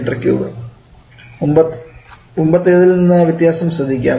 625 𝑚3 മുൻപത്തേതിൽ നിന്നുള്ള വ്യത്യാസം ശ്രദ്ധിക്കുക